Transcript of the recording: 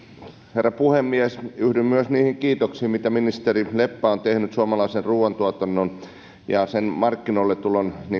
herra puhemies yhdyn myös niihin kiitoksiin mitä ministeri leppä on tehnyt suomalaisen ruoantuotannon ja sen markkinoilletulon